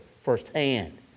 firsthand